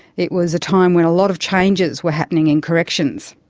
it was a time when a lot of changes were happening in corrections.